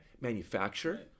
manufacture